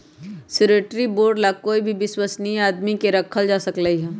surety bond ला कोई भी विश्वस्नीय आदमी के रखल जा सकलई ह